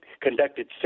conducted